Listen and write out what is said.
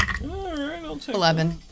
Eleven